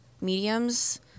mediums